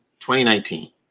2019